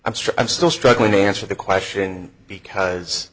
sure i'm still struggling to answer the question because